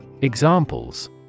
Examples